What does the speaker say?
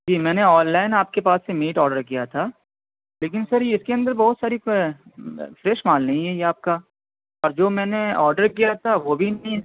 جی میں نے online آپ کے پاس سے میٹ آرڈر کیا تھا لیکن سر یہ اس کے اندر بہت ساری فریش مال نہیں ہے یہ آپ کا اب جو میں نے آرڈر کیا تھا وہ بھی نہیں ہے